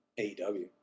AEW